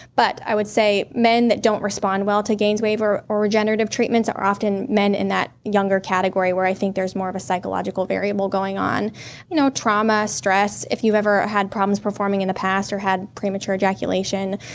but i would say men that don't respond well to gainswave, or or regenerative treatments, are often men in that younger category where i think there's more of a psychological variable going on, you know trauma, stress. if you've ever had problems performing in the past, or had premature ejaculation,